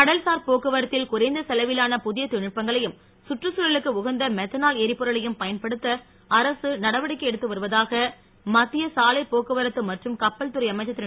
கடல்சா ர் போக்குவரத்தில் குறைந்த செலவிலான பு திய தொ ழி ல் நு ட் பங்களையு ம் சுற்று ச் தழலுக்கு எ ரி பொருளையு ம் பயன்படு த்த அரசு நடவடிக்கை எடு த்து வருவதாக ம த் தி ய சாலை போக்குவரத்து மற்றும் கப்பல் துறை அமைச்சிர் திரு